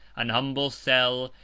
an humble cell,